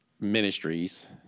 Ministries